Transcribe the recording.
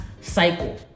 cycle